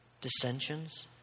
dissensions